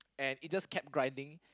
and it just kept grinding